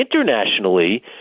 Internationally